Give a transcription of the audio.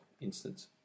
instance